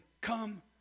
come